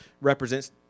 represents